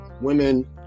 women